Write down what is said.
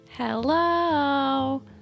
hello